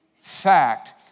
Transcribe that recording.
Fact